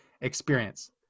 experience